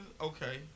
Okay